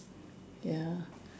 ya